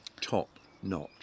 top-notch